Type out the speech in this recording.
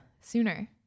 sooner